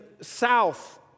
south